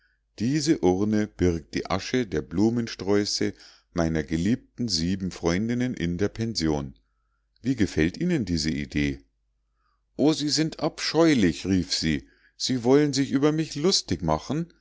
diese urne birgt die asche der blumensträuße meiner geliebten sieben freundinnen in der pension wie gefällt ihnen diese idee o sie sind abscheulich rief sie sie wollen sich über mich lustig machen